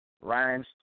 rhymes